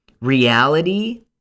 reality